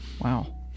Wow